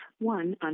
one